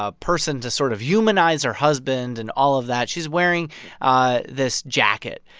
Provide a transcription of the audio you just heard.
ah person to sort of humanize her husband and all of that. she's wearing ah this jacket,